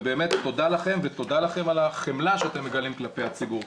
באמת תודה לכם ותודה על החמלה שאתם מגלים כלפי הציבור.